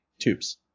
tubes